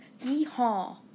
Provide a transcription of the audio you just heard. Yee-haw